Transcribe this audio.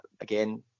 again